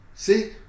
See